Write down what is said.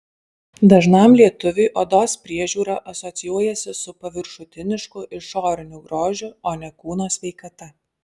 dažnam lietuviui odos priežiūra asocijuojasi su paviršutinišku išoriniu grožiu o ne kūno sveikata